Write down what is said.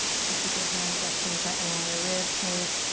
you can keep your hands resting gently on your rib cage.